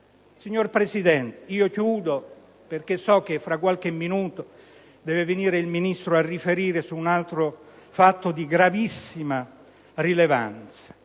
Signor Presidente, concludo perché so che fra qualche minuto il Ministro riferirà su un altro fatto di gravissima rilevanza,